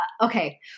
okay